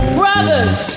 brothers